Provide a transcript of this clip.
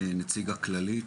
נציג הכללית.